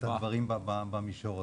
הדברים במישור הזה.